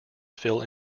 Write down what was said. fill